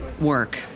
work